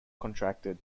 contracted